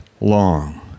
long